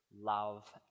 love